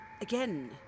Again